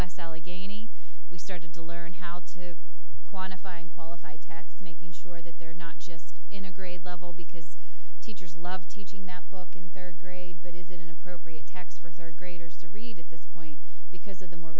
last allegheny we started to learn how to quantifying qualify text making sure that they're not just in a grade level because teachers love teaching that book in third grade but is it an appropriate text for third graders to read at this point because of